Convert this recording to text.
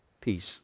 Peace